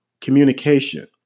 Communication